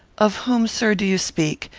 of whom, sir, do you speak?